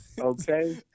Okay